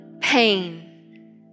pain